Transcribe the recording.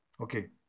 Okay